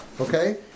Okay